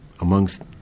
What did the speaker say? amongst